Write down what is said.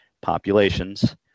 populations